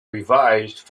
revised